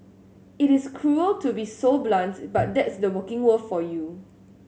it is cruel to be so blunts but that's the working world for you